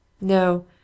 No